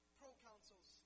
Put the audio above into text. pro-councils